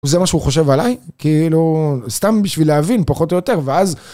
וזה מה שהוא חושב עליי? כאילו, סתם בשביל להבין פחות או יותר. ואז